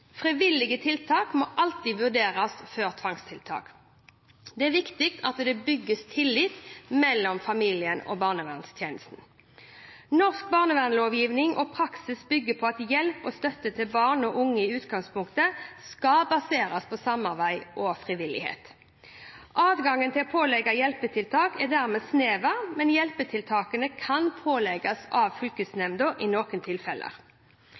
viktig at det bygges tillit mellom familien og barnevernstjenesten. Norsk barnevernlovgivning og praksis bygger på at hjelp og støtte til barn og unge i utgangspunktet skal baseres på samarbeid og frivillighet. Adgangen til å pålegge hjelpetiltak er dermed snever, men hjelpetiltak kan pålegges av fylkesnemnda i noen tilfeller.